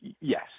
Yes